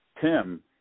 Tim